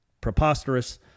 preposterous